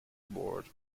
bored